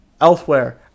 elsewhere